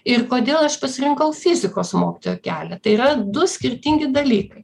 ir kodėl aš pasirinkau fizikos mokytojo kelią tai yra du skirtingi dalykai